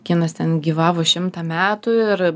kinas ten gyvavo šimtą metų ir